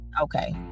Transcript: Okay